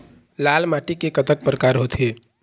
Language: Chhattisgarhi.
लाल माटी के कतक परकार होथे?